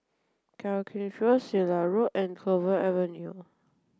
Sirat Road and Clover Avenue